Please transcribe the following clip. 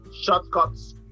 shortcuts